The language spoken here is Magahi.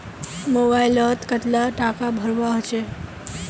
मोबाईल लोत कतला टाका भरवा होचे?